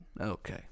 Okay